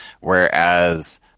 whereas